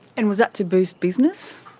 and was that to boost business?